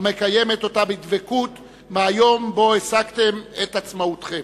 המקיימת אותה בדבקות מהיום שבו השגתם את עצמאותכם.